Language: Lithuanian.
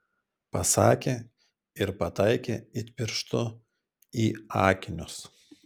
pasakė ir pataikė it pirštu į akinius